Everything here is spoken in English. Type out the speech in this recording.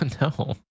no